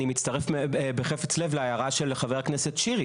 אני מצטרף בחפץ לב להערה של חבר הכנסת שירי.